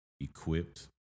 equipped